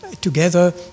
together